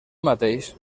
mateix